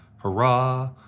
Hurrah